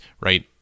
right